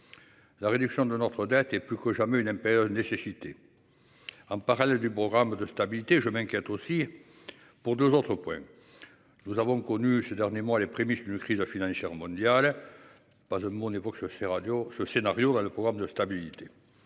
La réduction de notre dette est plus que jamais une impérieuse nécessité. En parallèle du programme de stabilité, je m'inquiète aussi. Pour 2 autres points. Nous avons connu ces derniers mois les prémices d'une crise financière mondiale. Pas de mot n'évoque ce fait radio ce scénario dans le programme de stabilité.